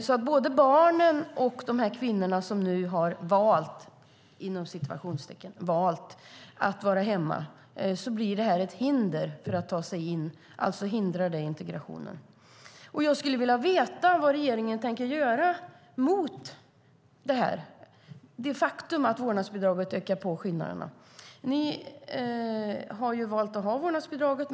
Både för barnen och för de kvinnor som nu har "valt" att vara hemma blir detta ett hinder att ta sig in i samhället. Alltså hindrar det integrationen. Jag skulle vilja veta vad regeringen tänker göra för att motverka det faktum att vårdnadsbidraget ökar skillnaderna. Ni har valt att ha vårdnadsbidraget.